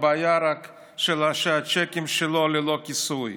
רק הבעיה היא שהצ'קים שלו הם ללא כיסוי.